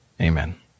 amen